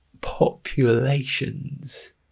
populations